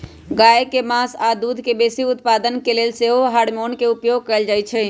गाय के मास आऽ दूध के बेशी उत्पादन के लेल सेहो हार्मोन के उपयोग कएल जाइ छइ